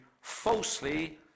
falsely